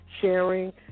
sharing